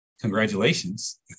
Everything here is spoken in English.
congratulations